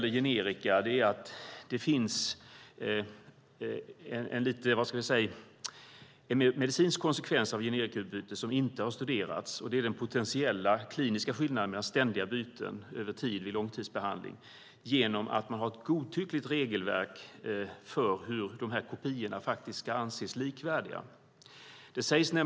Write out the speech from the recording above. En medicinsk konsekvens av generikautbyte som inte har studerats är den potentiella kliniska skillnaden mellan ständiga byten vid långtidsbehandling. Man har ett godtyckligt regelverk för hur kopiorna ska anses likvärdiga.